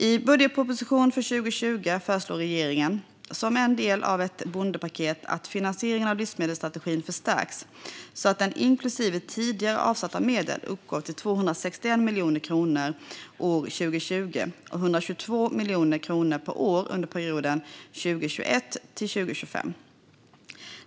I budgetpropositionen för 2020 föreslår regeringen som en del av ett bondepaket att finansieringen av livsmedelsstrategin förstärks så att den, inklusive tidigare avsatta medel, uppgår till 261 miljoner kronor år 2020 och 122 miljoner kronor per år under perioden 2021-2025.